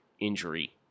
injury